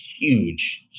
huge